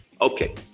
okay